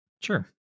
sure